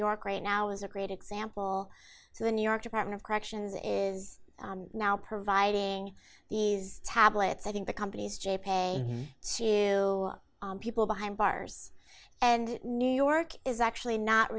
york right now is a great example so the new york department of corrections is now providing these tablets i think the company's jape a see people behind bars and new york is actually not